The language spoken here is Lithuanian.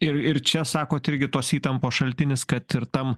ir ir čia sakot irgi tos įtampos šaltinis kad ir tam